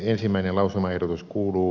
ensimmäinen lausumaehdotus kuuluu